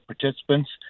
participants